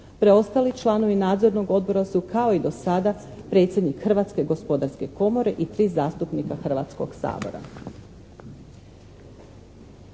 Preostali članovi nadzornog odbora su kao i do sada predsjednik Hrvatske gospodarske komore i 3 zastupnika Hrvatskog sabora.